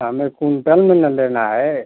हमें कुंटल मे ना लेना है